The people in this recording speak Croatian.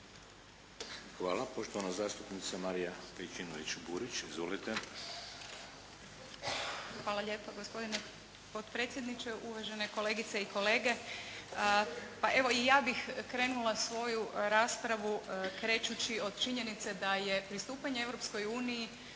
Hvala. Poštovana zastupnica Marija Pejčinović Burić. Izvolite. **Pejčinović Burić, Marija (HDZ)** Hvala lijepo gospodine potpredsjedniče, uvažene kolegice i kolege. Pa evo i ja bih krenula svoju raspravu krećući od činjenice da je pristupanje Europskoj uniji